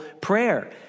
prayer